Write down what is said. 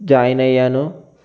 join అయ్యాను